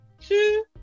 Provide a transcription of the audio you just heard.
two